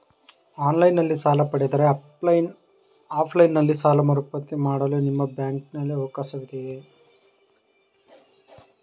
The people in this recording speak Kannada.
ಆನ್ಲೈನ್ ನಲ್ಲಿ ಸಾಲ ಪಡೆದರೆ ಆಫ್ಲೈನ್ ನಲ್ಲಿ ಸಾಲ ಮರುಪಾವತಿ ಮಾಡಲು ನಿಮ್ಮ ಬ್ಯಾಂಕಿನಲ್ಲಿ ಅವಕಾಶವಿದೆಯಾ?